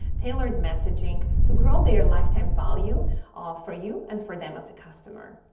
tailored messaging to grow their lifetime value ah for you and for them as a customer.